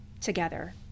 together